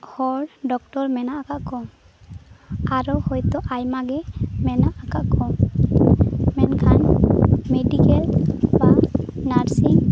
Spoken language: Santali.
ᱦᱚᱲ ᱰᱚᱠᱴᱳᱨ ᱢᱮᱱᱟᱜ ᱟᱠᱟᱫ ᱠᱚ ᱟᱨᱚ ᱦᱳᱭᱛᱳ ᱟᱭᱢᱟ ᱜᱮ ᱢᱮᱱᱟᱜ ᱟᱠᱟᱫ ᱠᱚ ᱢᱮᱱᱠᱷᱟᱱ ᱢᱮᱰᱤᱠᱮᱞ ᱵᱟ ᱱᱟᱨᱥᱤᱝ